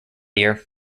year